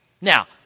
Now